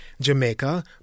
Jamaica